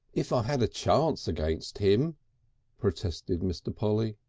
if i had a chance against him protested mr. polly.